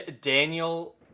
Daniel